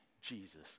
Jesus